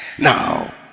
Now